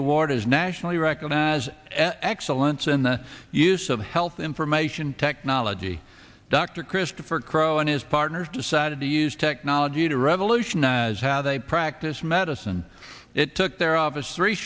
warders nationally recognized excellence in the use of health information technology dr christopher crowe and his partners decided to use technology to revolutionize how they practice medicine it took their office three